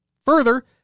Further